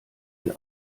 die